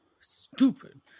Stupid